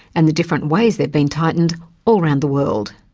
and the different ways they've been tightened all around the world.